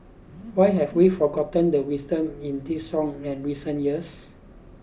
why have we forgotten the wisdom in this song in recent years